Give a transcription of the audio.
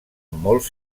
molt